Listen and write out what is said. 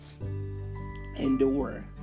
endure